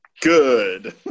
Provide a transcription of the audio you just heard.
Good